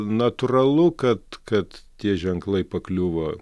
natūralu kad kad tie ženklai pakliuvo